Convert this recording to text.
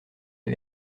des